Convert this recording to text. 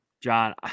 John